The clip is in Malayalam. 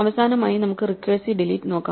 അവസാനമായി നമുക്ക് റിക്കേഴ്സീവ് ഡിലീറ്റ് നോക്കാം